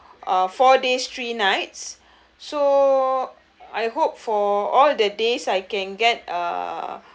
uh four days three nights so I hope for all the days I can get uh